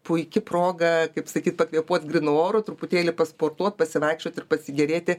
puiki proga kaip sakyt pakvėpuot grynu oru truputėlį pasportuot pasivaikščiot ir pasigėrėti